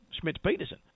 Schmidt-Peterson